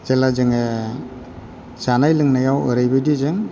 जेला जोङो जानाय लोंनायाव ओरैबादि जों